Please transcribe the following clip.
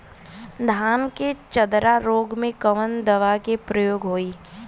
धान के चतरा रोग में कवन दवा के प्रयोग होई?